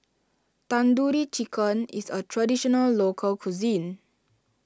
Tandoori Chicken is a Traditional Local Cuisine